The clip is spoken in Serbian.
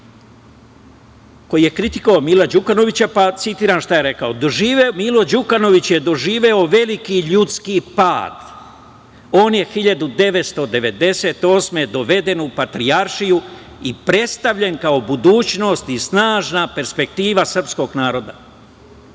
koji je kritikovao Mila Đukanovića, pa citiram šta je rekao: „Milo Đukanović je doživeo veliki ljudski pad. On je 1998. godine doveden u Patrijaršiju i predstavljen kao budućnost i snažna perspektiva srpskog naroda.